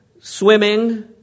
swimming